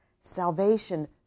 salvation